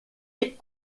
est